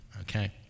okay